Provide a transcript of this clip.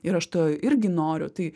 ir aš to irgi noriu tai